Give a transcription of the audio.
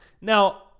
Now